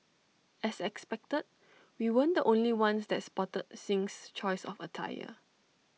as expected we weren't the only ones that spotted Singh's choice of attire